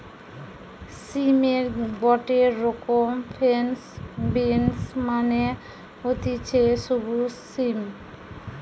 সিমের গটে রকম ফ্রেঞ্চ বিনস মানে হতিছে সবুজ সিম